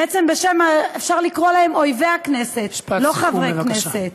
בעצם אפשר לקרוא להם אויבי הכנסת, לא חברי הכנסת.